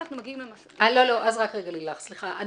סליחה,